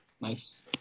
Nice